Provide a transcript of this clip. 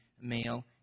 male